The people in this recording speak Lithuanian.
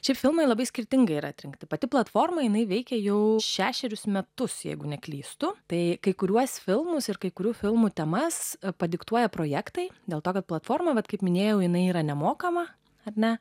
šie filmai labai skirtinga ir atrinkta pati platforma jinai veikia jau šešerius metus jeigu neklystu tai kai kuriuos filmus ir kai kurių filmų temas padiktuoja projektai dėl to kad platformą bet kaip minėjau jinai yra nemokama ar ne